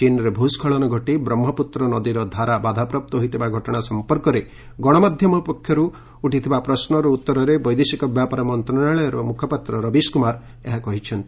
ଚୀନ୍ରେ ଭୂଷ୍କଳନ ଘଟି ବ୍ରହ୍ମପୁତ୍ର ନଦୀର ଧାରା ବାଧାପ୍ରାପ୍ତ ହୋଇଥିବା ଘଟଣା ସଫପର୍କରେ ଗଣମାଧ୍ୟମ ପକ୍ଷରୁ ଉଠିଥିବା ପ୍ରଶ୍ନର ଉତ୍ତରରେ ବୈଦେଶିକ ବ୍ୟାପାର ମନ୍ତ୍ରଣାଳୟର ମୁଖପାତ୍ର ରବିଶ କୁମାର ଏହା କହିଛନ୍ତି